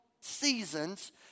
seasons